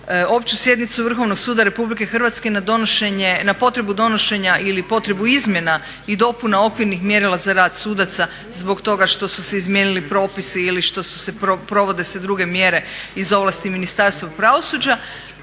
opću sjednicu Vrhovnog suda Republike Hrvatske na potrebu donošenja ili potrebu izmjena i dopuna okvirnih mjerila za rad sudaca zbog toga što su se izmijenili propisi ili provode se druge mjere iz ovlasti Ministarstva pravosuđa,